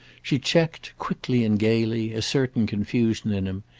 she checked, quickly and gaily, a certain confusion in him,